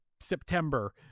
September